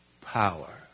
power